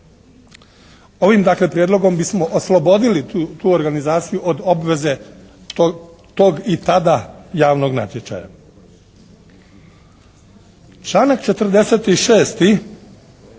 dakle Prijedlogom bismo oslobodili tu organizaciju od obveze tog i tada javnog natječaja. Članak 46.